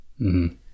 -hmm